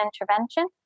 intervention